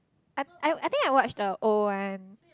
I I I think I watched the old one